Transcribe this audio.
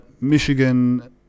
Michigan